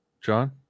john